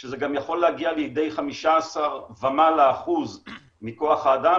שזה גם יכול להגיע לידי 15% ומעלה מכוח האדם,